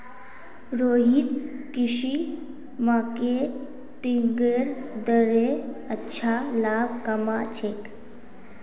रोहित कृषि मार्केटिंगेर द्वारे अच्छा लाभ कमा छेक